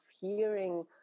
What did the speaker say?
hearing